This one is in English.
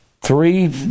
three